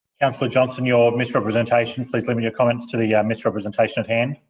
councillor johnston, your misrepresentation. please limit your comments to the misrepresentation at hand.